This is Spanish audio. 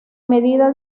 medida